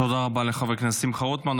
תודה רבה לחבר הכנסת שמחה רוטמן.